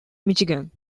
michigan